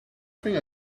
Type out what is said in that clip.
think